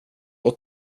och